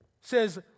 says